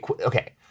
Okay